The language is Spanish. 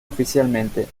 oficialmente